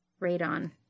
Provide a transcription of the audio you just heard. radon